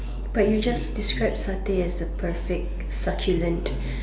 but you just describe stay as the perfect succulent